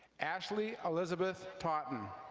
ashley elizabeth taughten.